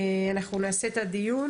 אנחנו נעשה את הדיון,